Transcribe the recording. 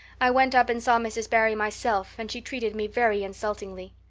i went up and saw mrs. barry myself and she treated me very insultingly.